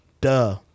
Duh